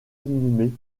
inhumé